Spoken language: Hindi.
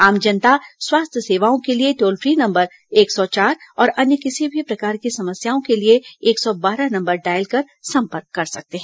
आम जनता स्वास्थ्य सेवाओं के लिए टोल फ्री नंबर एक सौ चार और अन्य किसी भी प्रकार की समस्याओं के लिए एक सौ बारह नंबर डायल कर संपर्क कर सकते हैं